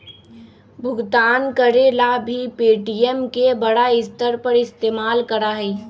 भुगतान करे ला भी पे.टी.एम के बड़ा स्तर पर इस्तेमाल करा हई